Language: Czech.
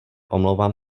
omlouvám